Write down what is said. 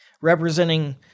Representing